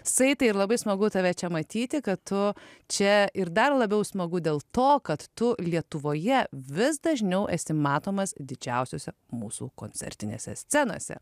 saitai ir labai smagu tave čia matyti kad tu čia ir dar labiau smagu dėl to kad tu lietuvoje vis dažniau esi matomas didžiausiose mūsų koncertinėse scenose